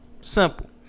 Simple